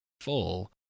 full